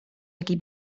jaki